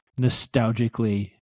nostalgically